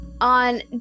on